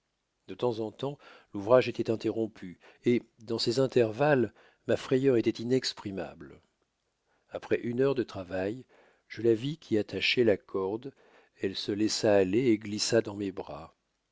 de temps en temps l'ouvrage étoit interrompu et dans ces intervalles ma frayeur étoit inexprimable enfin après une heure de travail je la vis qui attachoit la corde elle se laissa aller et glissa dans mes bras